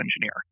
engineer